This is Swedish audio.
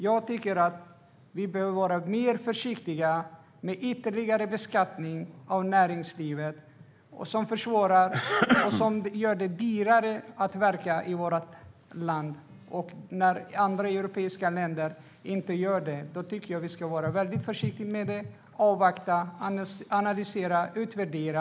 Jag tycker att vi bör vara mer försiktiga med ytterligare beskattning av näringslivet, som försvårar och gör det dyrare att verka i vårt land. När andra europeiska länder inte gör detta tycker jag att vi ska vara väldigt försiktiga med det. Jag tycker att vi ska avvakta, analysera och utvärdera.